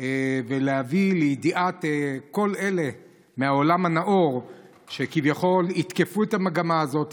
ולהביא לידיעת כל אלה מהעולם הנאור שכביכול יתקפו את המגמה הזאת,